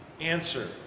answer